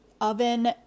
oven